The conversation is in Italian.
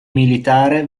militare